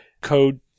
code